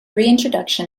reintroduction